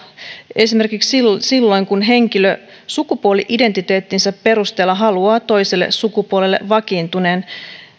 esimerkiksi silloin silloin kun henkilö sukupuoli identiteettinsä perusteella haluaa toiselle sukupuolelle vakiintuneen